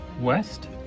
west